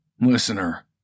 Listener